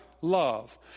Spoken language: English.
love